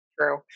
True